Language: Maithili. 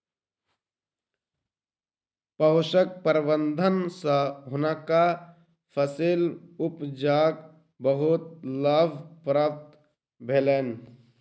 पोषक प्रबंधन सँ हुनका फसील उपजाक बहुत लाभ प्राप्त भेलैन